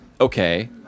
okay